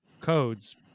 codes